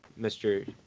Mr